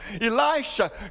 Elisha